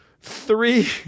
three